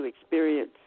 experience